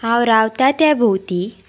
हांव रावता त्या भोंवती